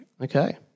Okay